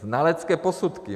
Znalecké posudky.